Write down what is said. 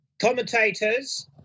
commentators